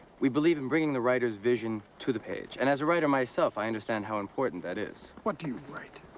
we believe in bringing the writer's vision to the page. and as a writer myself, i understand, how important that is. what do you write?